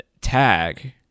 tag